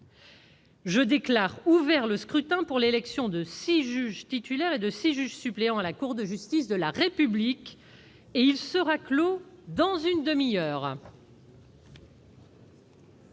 Je déclare ouvert le scrutin pour l'élection de six juges titulaires et de six juges suppléants à la Cour de justice de la République. Il sera clos dans une demi-heure.